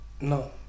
No